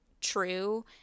true